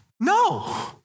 No